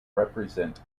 represent